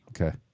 Okay